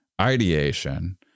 ideation